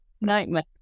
nightmare